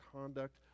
conduct